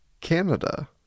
Canada